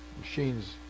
machines